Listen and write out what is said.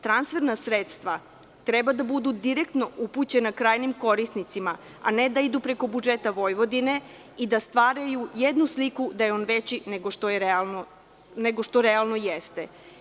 Transferna sredstva treba da budu direktno upućena krajnjim korisnicima, a ne da idu preko budžeta Vojvodine i da stvaraju jednu sliku da je on veći nego što realno jeste.